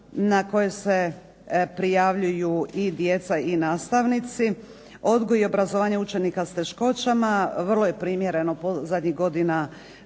na koje se prijavljuju i djeca i nastavnici. Odgoj i obrazovanje učenika s teškoćama vrlo je primjereno zadnjih godina,